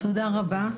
תודה רבה.